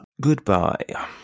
Goodbye